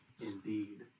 Indeed